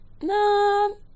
no